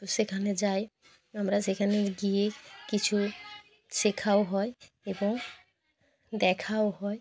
তো সেখানে যাই আমরা সেখানে গিয়ে কিছু শেখাও হয় এবং দেখাও হয়